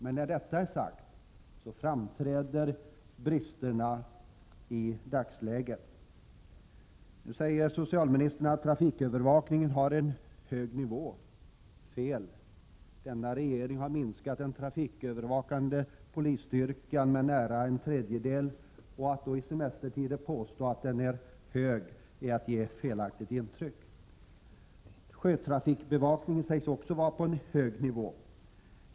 Men efter att detta är sagt framträder bristerna i dagsläget. Socialministern säger att trafiksäkerhetsövervakningen hålls på en hög nivå. Det är fel! Den nuvarande regeringen har minskat den trafikövervakande polisstyrkan med nära en tredjedel. Att i semestertider då påstå att övervakningen hålls på en hög nivå är att ge ett felaktigt intryck. Sjötrafikbevakningen sägs också hållas på en hög nivå.